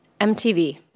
MTV